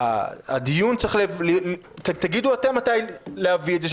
תגידו אתם מתי להביא את זה.